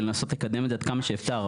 ולנסות לקדם את זה כמה שאפשר.